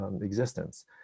existence